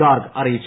ഗാർഗ് അറിയിച്ചു